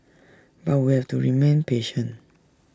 but we have to remain patient